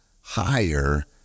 higher